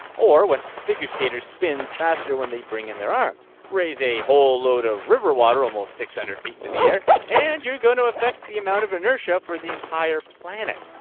or when figure skaters spins faster when they bring in their arms. raise a whole load of river water almost six hundred feet into the air, and you're gonna affect the moment of inertia for the entire planet.